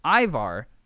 Ivar